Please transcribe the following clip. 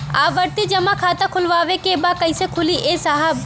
आवर्ती जमा खाता खोलवावे के बा कईसे खुली ए साहब?